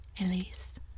Elise